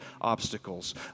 obstacles